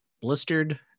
blistered